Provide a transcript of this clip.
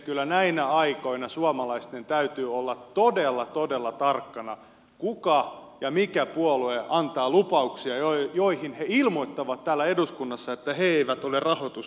kyllä näinä aikoina suomalaisten täytyy olla todella todella tarkkoina kuka ja mikä puolue antaa lupauksia joihin he ilmoittavat täällä eduskunnassa että he eivät ole niihin rahoitusta keksineet